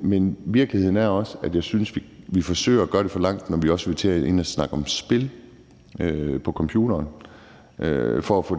Men virkeligheden er også, at jeg synes, vi forsøger at gå for langt, når vi også vil til at snakke om spil på computeren, og